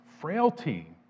frailty